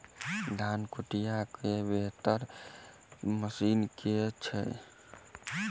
धान कुटय केँ बेहतर मशीन केँ छै?